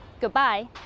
Goodbye